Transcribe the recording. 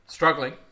Struggling